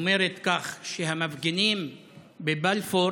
שאומרת כך: המפגינים בבלפור